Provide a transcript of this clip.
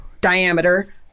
diameter